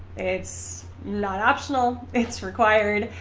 it's not optional it's required.